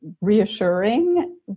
reassuring